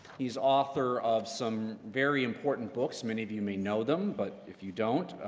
he's author of some very important books. many of you may know them, but if you don't,